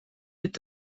est